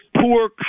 poor